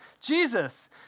Jesus